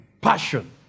passion